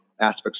aspects